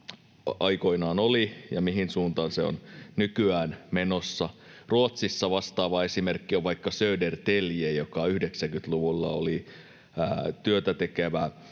aikoinaan oli ja mihin suuntaan se on nykyään menossa. Ruotsissa vastaava esimerkki on vaikka Södertälje, joka 90-luvulla oli työtätekevä,